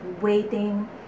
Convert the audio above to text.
waiting